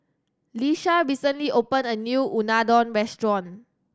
Iesha recently opened a new Unadon restaurant